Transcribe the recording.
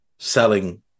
selling